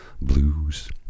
blues